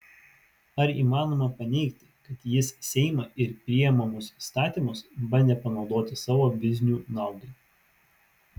ar įmanoma paneigti kad jis seimą ir priimamus įstatymus bandė panaudoti savo biznių naudai